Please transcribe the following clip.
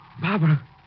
Barbara